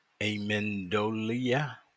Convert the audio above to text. Amendolia